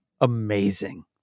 amazing